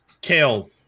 Kale